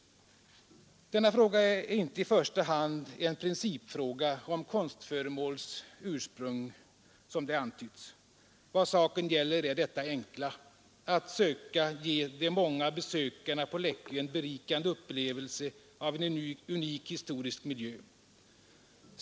Denna fråga är inte i första hand en principfråga om konstföremåls ursprung, som det antytts. Vad saken gäller är detta enkla: att söka ge de många besökarna på Läckö en berikande upplevelse av en unik historisk miljö.